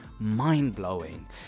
Mind-blowing